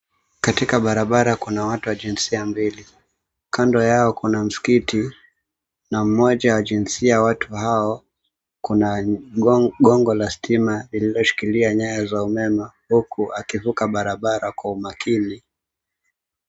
Katika barabara kuna watu wa jinsia mbili. Kando yao kuna msikiti na mmoja wa jinsia ya watu hao, kuna gongo la stima lililoshikiria nyayo za umeme, huku akivuka barabara kwa umakini.